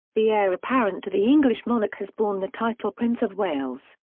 the heir apparent to the english monarch has borne the title prince of wales.